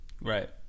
right